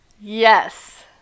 Yes